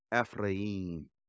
Ephraim